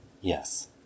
Yes